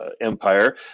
empire